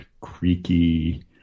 creaky